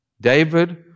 David